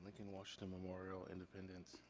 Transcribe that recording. and washington, memorial, independence.